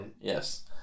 yes